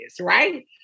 right